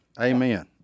Amen